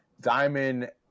Diamond